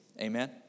Amen